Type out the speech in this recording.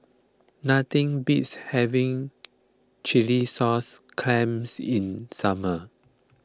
nothing beats having Chilli Sauce Clams in summer